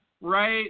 right